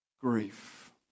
Grief